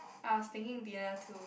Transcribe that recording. I was thinking beer too